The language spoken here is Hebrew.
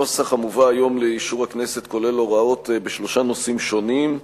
הנוסח המובא היום לאישור הכנסת כולל הוראות בשלושה נושאים שונים,